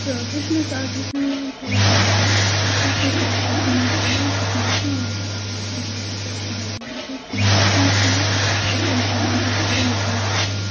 تہٕ وۅنۍ چھُ مےٚ سُہ اَز ہیٚچھناوان تھوڑا تھوڑا رَنُن کُنہِ ساتہٕ اَگر سُہ سون چھُ یِوان سُہ چھُ مےٚ ہیٚچھناوان پَتہٕ اَکھ اَکھ سیُن چھُ دپان یِتھٕ پٲٹھۍ چھُ پٮ۪وان رَنُن تٔمۍ سُنٛد یُس سُہ سیُن چھُ رَنان تَتھ چھُ آسان لَذت واریاہ زیادٕ اَصٕل